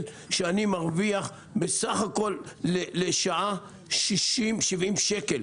כשאני מרוויח בסך הכול לשעה 60 70 שקלים?